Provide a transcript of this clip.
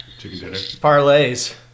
parlays